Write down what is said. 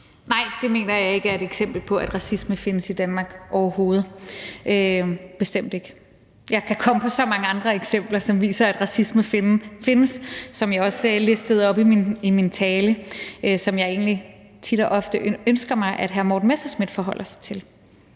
Nej, det mener jeg ikke er et eksempel på, at racisme findes i Danmark overhovedet, bestemt ikke. Jeg kan komme på så mange andre eksempler, som viser, at racisme findes, som jeg også oplistede i min tale, og som jeg egentlig tit og ofte ønsker mig at hr. Morten Messerschmidt forholder sig til.